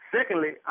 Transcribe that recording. Secondly